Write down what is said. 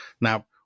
now